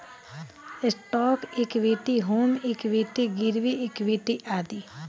stock equity, home equity, गिरवी equity आदि